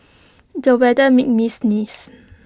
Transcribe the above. the weather made me sneeze